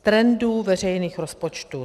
Trendů veřejných rozpočtů.